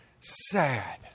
sad